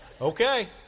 Okay